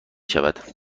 شود